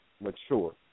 mature